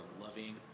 loving